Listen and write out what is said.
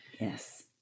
Yes